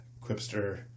quipster